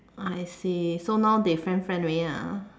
I see so now they friend friend already ah